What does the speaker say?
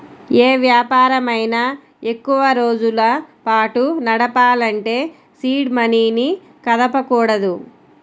యే వ్యాపారమైనా ఎక్కువరోజుల పాటు నడపాలంటే సీడ్ మనీని కదపకూడదు